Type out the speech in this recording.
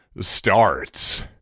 starts